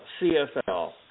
CFL